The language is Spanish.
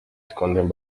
esconden